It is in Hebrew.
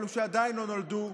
אלו שעדיין לא נולדו,